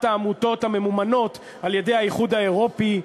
העמותות הממומנות על-ידי האיחוד האירופי,